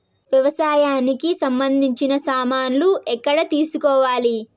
వ్యవసాయానికి సంబంధించిన సామాన్లు ఎక్కడ తీసుకోవాలి?